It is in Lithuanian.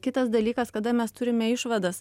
kitas dalykas kada mes turime išvadas